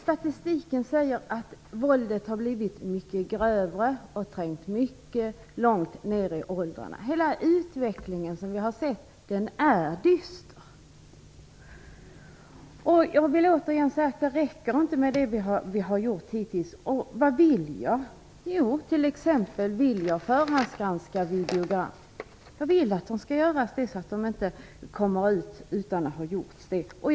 Statistiken säger att våldet har blivit mycket grövre och trängt mycket långt ner i åldrarna. Hela den utveckling som vi har sett är dyster. Jag vill återigen säga att det inte räcker med det som vi har gjort hittills. Vad vill jag då? Jo, jag vill t.ex. förhandsgranska videogram. Jag vill att det skall göras så att det inte kommer ut filmer som inte är förhandsgranskade.